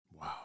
Wow